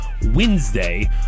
Wednesday